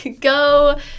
Go